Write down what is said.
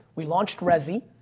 we launched rezi.